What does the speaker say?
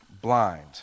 blind